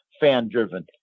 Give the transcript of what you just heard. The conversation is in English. fan-driven